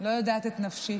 לא יודעת את נפשי.